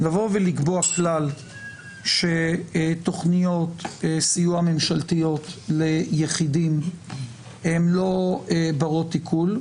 לקבוע כלל שתכניות סיוע ממשלתיות ליחידים הן לא בנות עיקול,